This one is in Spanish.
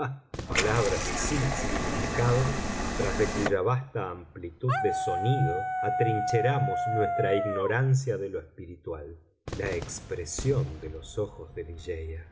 palabras sin significado tras de cuya vasta amplitud de sonido atrincheramos nuestra ignorancia de lo espiritual la expresión de los ojos de